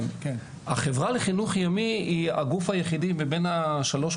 החברה לחינוך ימי היא הגוף היחידי מבית שלושת